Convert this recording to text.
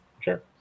Sure